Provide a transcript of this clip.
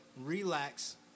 relax